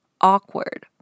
awkward